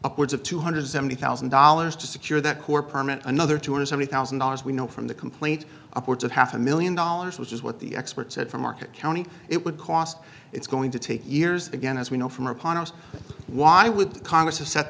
upwards of two hundred seventy thousand dollars to secure that core permit another two hundred seventy thousand dollars we know from the complaint upwards of half a million dollars which is what the experts said for market county it would cost it's going to take years again as we know from our panos why would congress have set